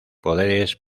poderes